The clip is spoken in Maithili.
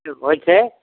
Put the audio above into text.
होइ छै